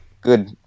good